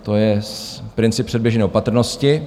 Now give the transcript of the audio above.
To je princip předběžné opatrnosti.